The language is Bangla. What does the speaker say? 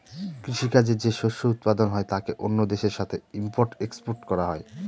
কৃষি কাজে যে শস্য উৎপাদন হয় তাকে অন্য দেশের সাথে ইম্পোর্ট এক্সপোর্ট করা হয়